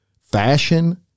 Fashion